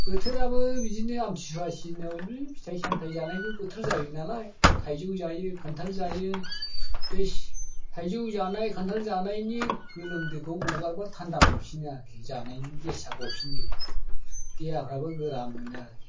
बोथोराबो बिदिनो आमतिसुवा सिजोनावनो फिथाइ सामथाय जानायबो बोथोर जायो नालाय थाइजौ जायो खान्थाल जायो बे थाइजौ जानाय खान्थाल जानायनि गोलोमदैखौ ग'गारबा थान्दा मोनफिनो आरोखि जानायनि गेसआ गफिनजोबो देहाफ्राबो गोरा मोनो आरोखि